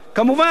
כמובן,